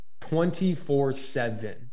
24-7